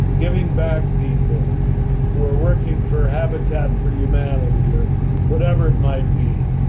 giving back people who are working for habitat for humanity or whatever it might be.